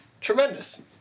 Tremendous